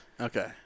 Okay